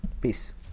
peace